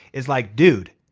is like, dude,